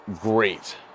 great